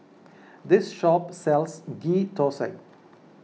this shop sells Ghee Thosai